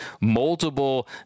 multiple